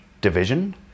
division